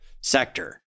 sector